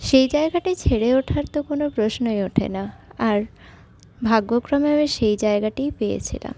সেই জায়গাটি ছেড়ে ওঠার তো কোনো প্রশ্নই ওঠে না আর ভাগ্যক্রমে আমি সেই জায়গাটিই পেয়েছিলাম